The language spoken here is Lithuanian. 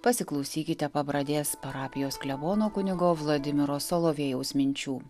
pasiklausykite pabradės parapijos klebono kunigo vladimiro solovėjaus minčių